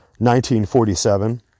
1947